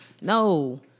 no